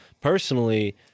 personally